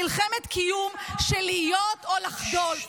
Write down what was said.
מלחמת קיום של להיות או לחדול.